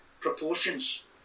proportions